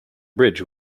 bridge